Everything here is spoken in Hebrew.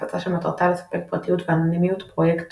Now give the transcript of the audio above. הפצה שמטרתה לספק פרטיות ואנונימיות, פרויקט